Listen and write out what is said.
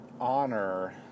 honor